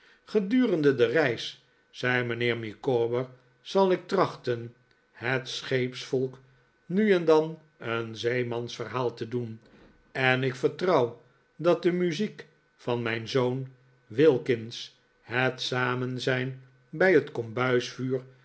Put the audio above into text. gedurende de reis zei mijnheer micawber zal ik trachten het scheepsvolk nu en dan een zeemansverhaal te doen en ik vertrouw dat de muziek van mijn zoon wilkins het samenzijn bij het